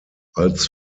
als